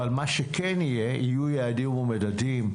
אבל מה שכן יהיה, יהיו יעדים ומדדים.